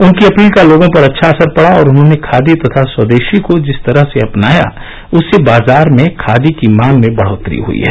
उनकी अपील का लोगों पर अच्छा असर पड़ा और उन्होंने खादी तथा स्वदेशी को जिस तरह से अपनाया उससे बाजार में खादी की मांग में बढोतरी हई है